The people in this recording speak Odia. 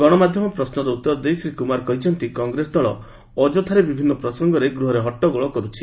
ଗଣମାଧ୍ୟମର ପ୍ରଶ୍ନର ଉତ୍ତର ଦେଇ ଶ୍ରୀ କୁମାର କହିଛନ୍ତି କଂଗ୍ରେସ ଦଳ ଅଯଥାରେ ବିଭିନ୍ନ ପ୍ରସଙ୍ଗରେ ଗୃହରେ ହଟ୍ଟଗୋଳ କରୁଛନ୍ତି